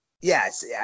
Yes